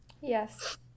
yes